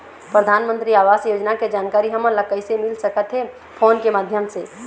परधानमंतरी आवास योजना के जानकारी हमन ला कइसे मिल सकत हे, फोन के माध्यम से?